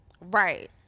Right